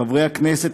חברי הכנסת,